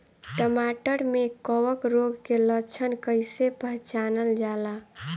टमाटर मे कवक रोग के लक्षण कइसे पहचानल जाला?